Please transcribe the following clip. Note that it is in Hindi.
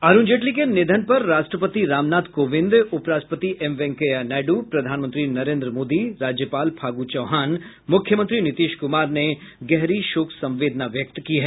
अरूण जेटली के निधन पर राष्ट्रपति रामनाथ कोविंद उपराष्ट्रपति एम वेंकैया नायडू प्रधानमंत्री नरेन्द्र मोदी राज्यपाल फागु चौहान मुख्यमंत्री नीतीश कुमार ने गहरी शोक संवेदना व्यक्त की है